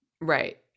Right